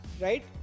right